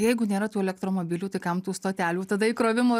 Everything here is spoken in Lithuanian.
jeigu nėra tų elektromobilių tai kam tų stotelių tada įkrovimo